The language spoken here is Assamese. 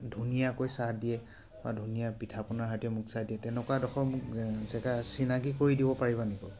ধুনীয়াকৈ চাহ দিয়ে বা ধুনীয়া পিঠা পনাৰ সৈতে মোক চাহ দিয়ে তেনেকুৱা এডোখৰ জেগা চিনাকি কৰি দিব পাৰিবা নি বাৰু